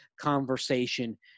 conversation